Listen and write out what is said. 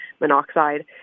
monoxide